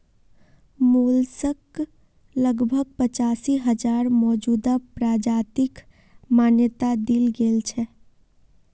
mollusc लगभग पचासी हजार मौजूदा प्रजातिक मान्यता दील गेल छेक